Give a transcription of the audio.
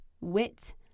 wit